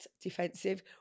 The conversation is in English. defensive